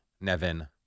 Nevin